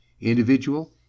individual